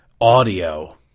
audio